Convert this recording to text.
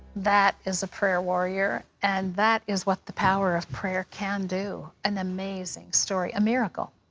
that is a prayer warrior, and that is what the power of prayer can do. an amazing story. a miracle.